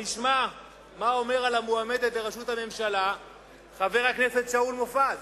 ונשמע מה אומר על המועמדת לראשות הממשלה חבר הכנסת שאול מופז,